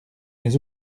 mes